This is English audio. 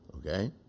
Okay